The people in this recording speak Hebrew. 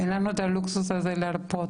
אין לנו הלוקסוס הזה להרפות.